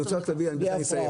אני רוצה להביא ובזה אני אסיים.